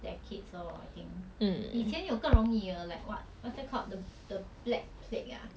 decades lor I think 以前有更容易的 like what what's that called the the black plague ah